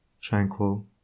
tranquil